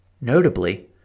Notably